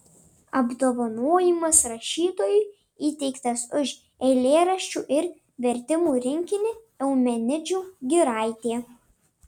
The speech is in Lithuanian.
apdovanojimas rašytojui įteiktas už eilėraščių ir vertimų rinkinį eumenidžių giraitė